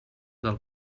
del